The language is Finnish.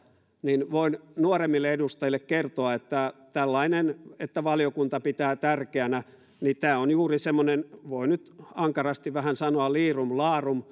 niin voin nuoremmille edustajille kertoa että tällainen valiokunta pitää tärkeänä on juuri semmoinen voi nyt vähän ankarasti sanoa liirumlaarum